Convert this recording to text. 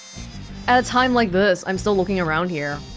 at a time like this, i'm still looking around here